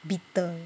beetle